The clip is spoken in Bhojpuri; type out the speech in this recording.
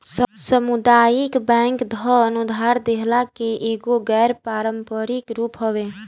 सामुदायिक बैंक धन उधार देहला के एगो गैर पारंपरिक रूप हवे